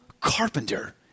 carpenter